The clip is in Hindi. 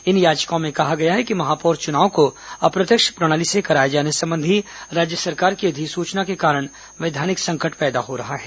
इन याचिकाओं में कहा गया है कि महापौर चुनाव को अप्रत्यक्ष प्रणाली से कराए जाने संबंधी राज्य सरकार की अधिसूचना के कारण वैधानिक संकट पैदा हो रहा है